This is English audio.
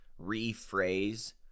rephrase